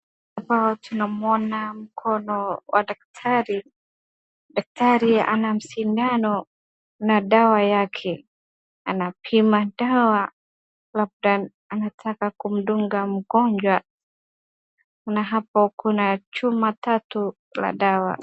Hapa tunamwona mkono wa daktari. Daktari ana sindano na dawa yake. Anapima dawa labda anataka kumdunga mgonjwa. Na hapo kuna chuma tatu za dawa.